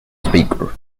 speaker